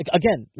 again